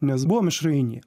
nes buvo mišrainė